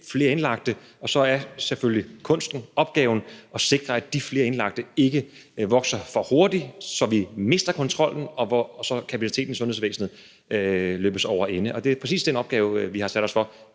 er kunsten, opgaven selvfølgelig at sikre, at antallet af de flere indlagte ikke vokser for hurtigt, så vi mister kontrollen, og så kapaciteten i sundhedsvæsenet bliver løbet over ende. Det er præcis den opgave, vi har sat os for